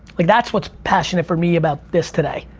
like that's what's passionate for me about this today.